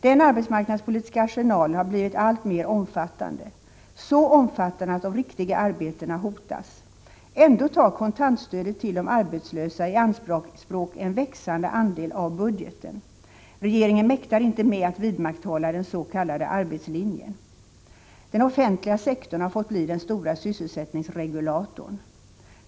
Den arbetsmarknadspolitiska arsenalen har blivit alltmer omfattande, så omfattande att de riktiga arbetena hotas. Ändå tar kontantstödet till de arbetslösa i anspråk en växande andel av budgeten. Regeringen mäktar inte med att vidmakthålla den s.k. arbetslinjen. Den offentliga sektorn har fått bli den stora sysselsättningsregulatorn.